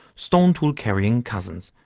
stone tool-carrying cousins,